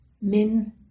Men